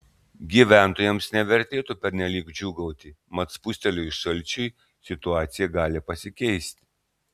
gyventojams nevertėtų pernelyg džiūgauti mat spustelėjus šalčiui situacija gali pasikeisti